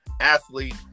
athlete